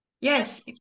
Yes